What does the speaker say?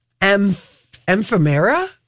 Ephemera